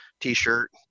t-shirt